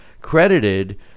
credited